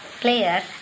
player